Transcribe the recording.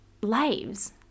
lives